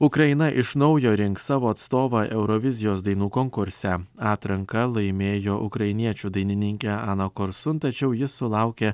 ukraina iš naujo rinks savo atstovą eurovizijos dainų konkurse atranką laimėjo ukrainiečių dainininkė ana korsun tačiau ji sulaukė